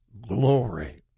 glory